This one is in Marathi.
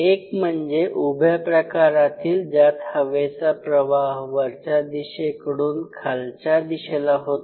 एक म्हणजे उभ्या प्रकारातील ज्यात हवेचा प्रवाह वरच्या दिशेकडून खालच्या दिशेला होतो